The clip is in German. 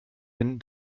hin